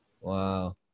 wow